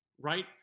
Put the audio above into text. right